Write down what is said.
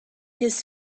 his